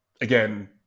again